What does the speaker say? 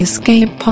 Escape